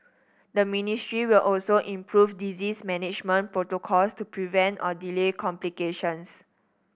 the ministry will also improve disease management protocols to prevent or delay complications